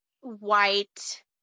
white